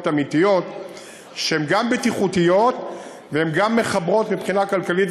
אמיתיות שהן גם בטיחותיות והן גם מחברות מבחינה כלכלית